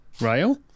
rail